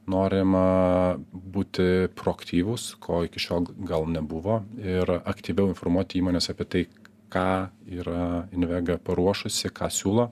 norima būti proaktyvūs ko iki šiol gal nebuvo ir aktyviau informuoti įmones apie tai ką yra invega paruošusi ką siūlo